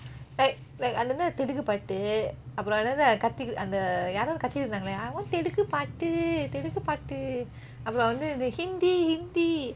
like like வந்து தெலுங்குப்பாட்டு அப்புறம் என்னது அந்த அந்த யாரோ கத்திட்டு இருந்தாங்கல: vanthu telungupaattu apurom ennathu antha anthe yaaro kathittu irunthaangeleh I want telungu பாட்டு:paatu telungu பாட்டு அப்புறம் வந்து:paatu apurom vanthu hindi hindi